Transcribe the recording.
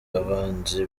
abanzi